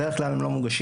בדרך כלל הם לא מוגשים,